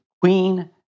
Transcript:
Queen